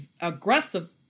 aggressive